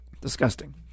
disgusting